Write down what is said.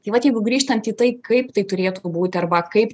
tai vat jeigu grįžtant į tai kaip tai turėtų būti arba kaip